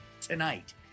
Tonight